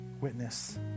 witness